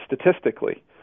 statistically